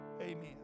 amen